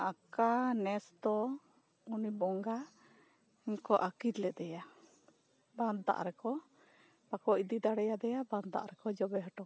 ᱟᱠᱟ ᱱᱮᱥᱫᱚ ᱩᱱᱤ ᱵᱚᱸᱜᱟ ᱩᱱᱠᱚ ᱟᱹᱠᱤᱨ ᱞᱮᱫᱮᱭᱟ ᱵᱟᱜᱽᱫᱟᱜ ᱨᱮ ᱠᱚ ᱟᱠᱚ ᱤᱫᱤ ᱫᱟᱲᱮᱭᱟ ᱫᱮᱭᱟ ᱵᱟᱜᱽᱫᱟᱜ ᱨᱮ ᱠᱚ ᱡᱚᱵᱮ ᱦᱚᱴᱚᱠᱟᱫᱮᱭᱟ